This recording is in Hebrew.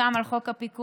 גם על חוק הפיקוח,